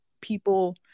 people